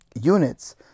units